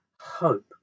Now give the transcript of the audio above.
hope